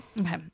okay